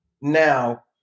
now